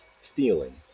stealing